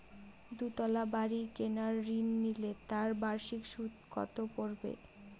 দুতলা বাড়ী কেনার ঋণ নিলে তার বার্ষিক সুদ কত পড়বে?